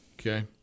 Okay